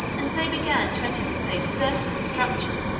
and they began to anticipate certain destruction.